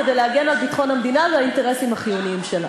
כדי להגן על ביטחון המדינה ועל האינטרסים החיוניים שלה.